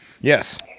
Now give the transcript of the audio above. yes